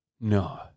No